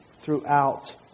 throughout